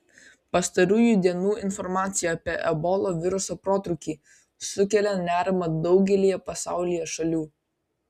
pastarųjų dienų informacija apie ebola viruso protrūkį sukėlė nerimą daugelyje pasaulyje šalių